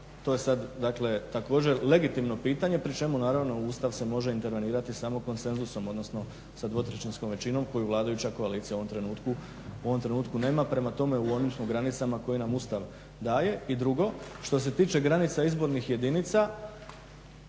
To je sad dakle također legitimno pitanje pri čemu naravno u Ustav se može intervenirati samo konsenzusom, odnosno sa dvotrećinskom većinom koju vladajuća koalicija u ovom trenutku nema. Prema tome, u onim smo granicama koje nam Ustav daje. I drugo, što se tiče granica izbornih jedinica